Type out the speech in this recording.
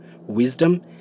wisdom